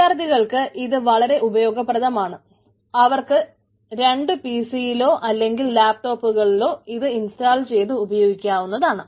വിദ്യാർത്ഥികൾക്ക് ഇത് വളരെ ഉപയോഗപ്രദമാണ് അവർക്ക് രണ്ടു PC യിലോ അല്ലെങ്കിൽ ലാപ്ടോപ്പുകളിലോ ഇത് ഇൻസ്റ്റാൾ ചെയ്ത് ഉപയോഗിക്കാവുന്നതാണ്